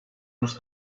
uns